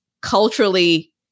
culturally